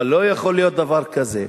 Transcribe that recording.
אבל לא יכול להיות דבר כזה.